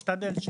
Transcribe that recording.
אני משתדל שלא.